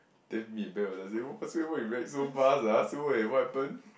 then me and Ben was like saying !wah! Su-Hui you react so fast ah Su-Hui what happened